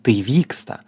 tai vyksta